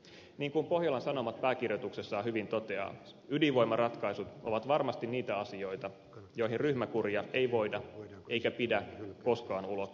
niin kuin pohjolan sanomat pääkirjoituksessaan hyvin toteaa ydinvoimaratkaisut ovat varmasti niitä asioita joihin ryhmäkuria ei voida eikä pidä koskaan ulottaa